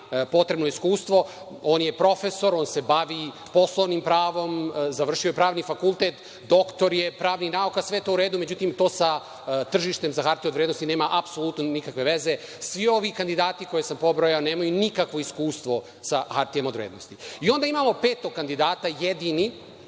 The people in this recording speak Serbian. potrebno iskustvo. On je profesor, on se bavi poslovnim pravom, završio je Pravni fakultet, doktor je pravnih nauka, sve je to u redu. Međutim, to sa tržištem za hartije od vrednosti nema apsolutno nikakve veze. Svi ovi kandidati koje sam pobrojao nemaju nikakvo iskustvo sa hartijama od vrednosti. Onda imamo petog kandidata, jedini